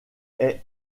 est